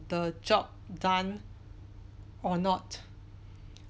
the job done or not